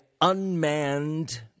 unmanned